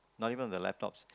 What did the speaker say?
not even the laptops